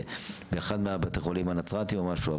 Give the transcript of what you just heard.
באחד מבתי החולים הנצרתים או משהו.